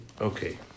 okay